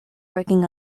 working